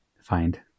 find